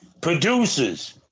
Producers